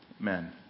Amen